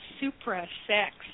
supra-sex